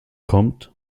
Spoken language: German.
kommt